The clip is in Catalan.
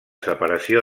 separació